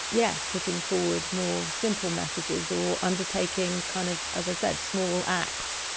yes, putting forward more simple messages or undertaking, kind of as i said, small acts,